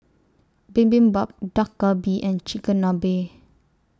Bibimbap Dak Galbi and Chigenabe